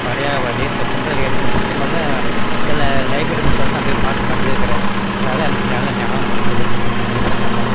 வளையாபதி இந்த குண்டலகேசி புஸ்த்தகமெல்லாம் சில லைப்ரரி புஸ்த்தகமெலாம் நான் போய் பார்த்து படிச்சிருக்கிறேன் அதனால் எனக்கு நல்ல நியாபகம் இருக்குது அதை பற்றி எல்லாம்